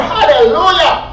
Hallelujah